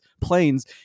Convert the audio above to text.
planes